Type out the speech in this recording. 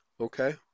Okay